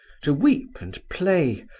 to weep and play.